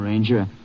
Ranger